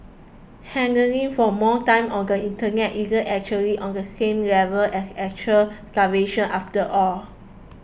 hankering for more time on the internet isn't exactly on the same level as actual starvation after all